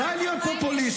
די להיות פופוליסטים.